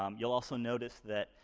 um you'll also notice that,